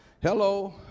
Hello